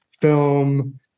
film